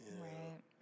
right